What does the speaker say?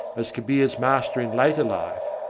as kabir's master in later life,